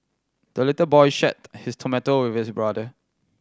the little boy shared his tomato with brother